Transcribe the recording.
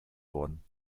worden